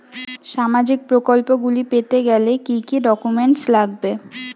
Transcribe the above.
সামাজিক প্রকল্পগুলি পেতে গেলে কি কি ডকুমেন্টস লাগবে?